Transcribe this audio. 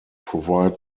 provide